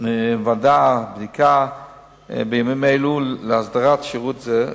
בימים אלו ועדת בדיקה להסדרת שירות זה,